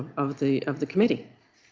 of the of the committee